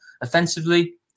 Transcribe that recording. offensively